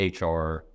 HR